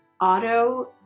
auto